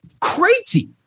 crazy